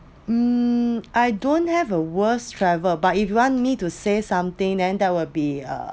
um I don't have a worse travel but if you want me to say something then that will be a